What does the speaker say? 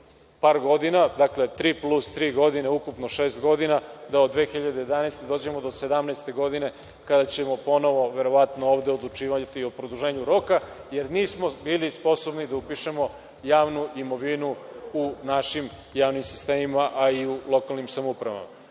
par godina, dakle, tri plus tri godine, ukupno šest godina, da od 2011. godine dođemo do 2017. godine, kada ćemo ponovo, verovatno, ovde odlučivati o produženju roka, jer nismo bili sposobni da upišemo javnu imovinu u našim javnim sistemima a i u lokalnim samoupravama. Poziv